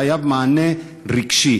חייבים מענה רגשי.